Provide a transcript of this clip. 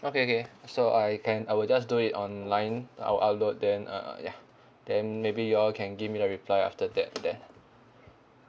okay okay so I can I will just do it online I'll upload then uh ya then maybe you all can give me a reply after that then